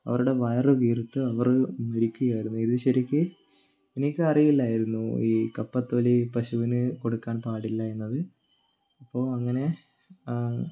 അവരുടെ വയർ വീർത്ത് അവർ മരിക്കുകയായിരുന്നു ഇത് ശരിക്ക് എനിക്കറിയില്ലായിരുന്നു ഈ കപ്പത്തൊലി പശുവിന് കൊടുക്കാൻ പാടില്ല എന്നത് ഇപ്പോൾ അങ്ങനെ